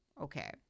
Okay